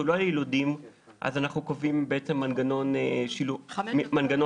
לא על יילודים אנחנו קובעים מנגנון אחר.